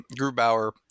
Grubauer